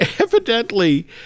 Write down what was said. evidently